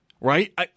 Right